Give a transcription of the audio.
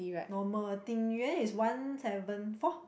normal Ding-Yuan is one seven four